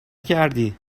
کردی